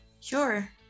Sure